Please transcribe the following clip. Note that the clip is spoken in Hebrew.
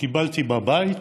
שקיבלתי בבית,